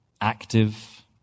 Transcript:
active